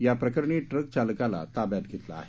याप्रकरणी ट्रक चालकाला ताब्यात घेतलं आहे